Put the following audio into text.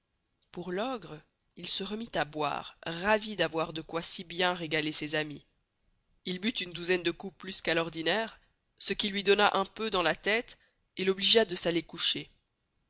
pour l'ogre il se remit à boire ravis d'avoir de quoy si bien regaler ses amis il but une douzaine de coups plus qu'à l'ordinaire ce qui luy donna un peu dans la teste et l'obligea de s'aller coucher